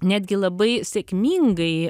netgi labai sėkmingai